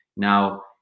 Now